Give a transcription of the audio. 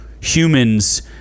humans